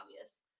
obvious